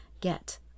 get